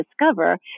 discover